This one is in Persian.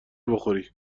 بخوری